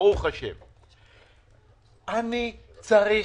אני צריך